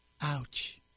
ouch